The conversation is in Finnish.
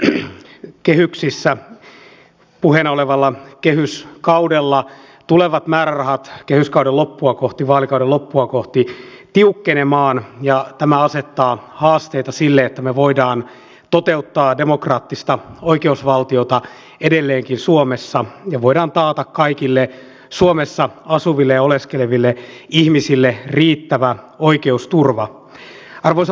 tässä kuulimme jaoston puheenjohtaja kankaanniemen kertovan että valtiovarainvaliokunnassa kunta ja terveysjaosto keskittyi erityisesti tähän kuntatalouteen ja tämä asettaa haasteita sille me digitalisaatioon ja olen lukenut tämän teidän kannanottonne mietinnön näiltä osin ja yhdyn siihen kyllä ihan täydellisesti